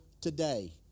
today